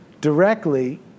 directly